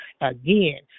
again